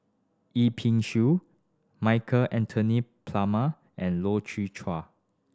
Yip Pin Xiu Michael Anthony Palmer and Loy Chye Chuan